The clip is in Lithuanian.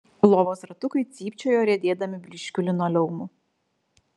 lovos ratukai cypčiojo riedėdami blyškiu linoleumu